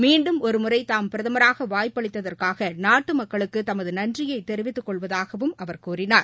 மீன்டும் ஒருமுறை தாம் பிரதமராக வாய்ப்பளித்ததற்காக நாட்டு மக்களுக்கு தமது நன்றியை தெரிவித்துக் கொள்வதாகவும் அவர் கூறினார்